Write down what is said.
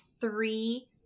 three